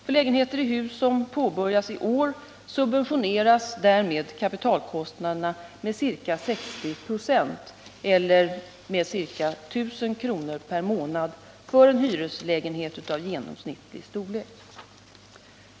För lägenheter i hus som påbörjas i år subventioneras därmed kapitalkostnaderna med ca 60 96 eller med ca 1 000 kr. per månad för en hyreslägenhet av genomsnittlig storlek.